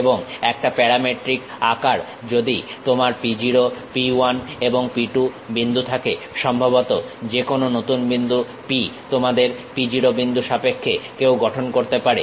এবং একটা প্যারামেট্রিক আকার যদি তোমার P 0 P 1 এবং P 2 বিন্দু থাকে সম্ভবত যেকোনো নতুন বিন্দু P তোমাদের P 0 বিন্দু সাপেক্ষে কেউ গঠন করতে পারে